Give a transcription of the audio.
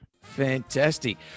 Fantastic